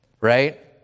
Right